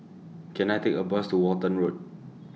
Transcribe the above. Can I Take A Bus to Walton Road